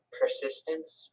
persistence